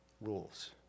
rules